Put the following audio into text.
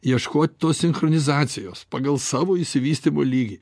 ieškot tos sinchronizacijos pagal savo išsivystymo lygį